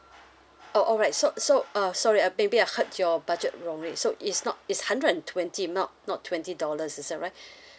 oh alright so so uh sorry maybe I heard your budget wrongly so is not it's hundred and twenty not not twenty dollars is that right